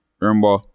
remember